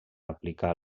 aplicar